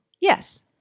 Yes